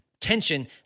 tension